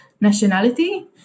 nationality